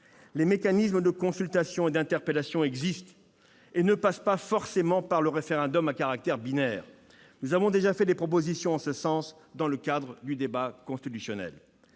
Les mécanismes de consultation et d'interpellation existent et ne passent pas forcément par le référendum à caractère binaire. Nous avons déjà fait des propositions en ce sens dans le cadre du débat constitutionnel.